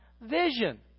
vision